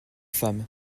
femmes